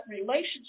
relationship